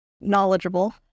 knowledgeable